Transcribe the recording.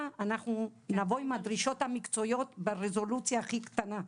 אנחנו נבוא עם הדרישות המקצועיות ברזולוציה הכי נמוכה.